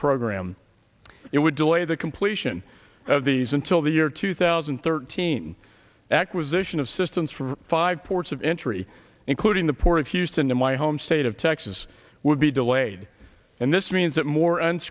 program it would delay the completion of these until the year two thousand and thirteen acquisition of systems from five ports of entry including the port of houston to my home state of texas would be delayed and this means that more and